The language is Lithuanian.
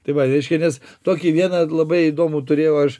tai va reiškia nes tokį vieną labai įdomų turėjau aš